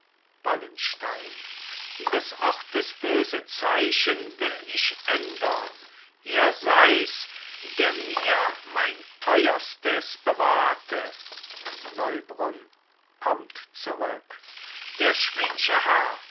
wallenstein des ortes böse zeichen will ich ändern er seis der mir mein teuerstes bewahrte neubrunn kommt zurück der schwedsche herr